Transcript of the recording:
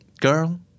Girl